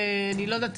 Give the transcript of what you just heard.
ואני לא יודעת,